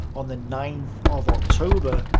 on the ninth of october,